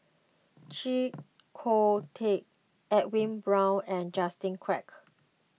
Chee Kong Tet Edwin Brown and Justin Quek